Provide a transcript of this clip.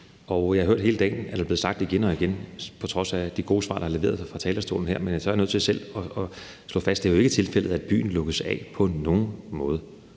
Og jeg har hørt det hele dagen; det er blevet sagt igen og igen på trods af de gode svar, der er leveret fra talerstolen her. Men så er jeg nødt til selv at slå fast, at det jo ikke på nogen måde er tilfældet, at byen lukkes af. Det er